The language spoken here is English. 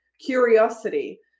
curiosity